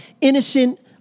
innocent